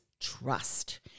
trust